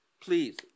Please